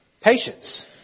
patience